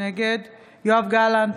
נגד יואב גלנט,